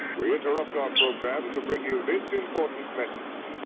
we interrupt our program to bring you this important message.